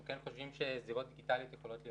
אנחנו כן חושבים שזירות דיגיטליות יכולות להיות